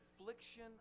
affliction